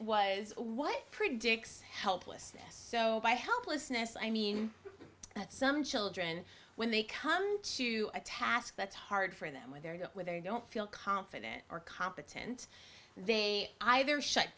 was what predicts helplessness so by helplessness i mean that some children when they come to a task that's hard for them with their go where they don't feel confident or competent they either shut